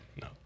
No